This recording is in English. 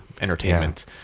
entertainment